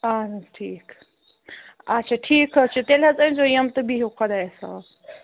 اہن حظ ٹھیٖک آچھا ٹھیٖک حظ چھُ تیٚلہِ حظ أنۍزیو یِم تہٕ بِہِو خۄدایَس حَوال